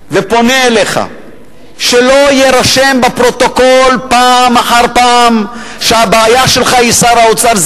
ופונה אליך שלא יירשם בפרוטוקול פעם אחר פעם שהבעיה שלך היא שר האוצר.